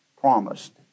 promised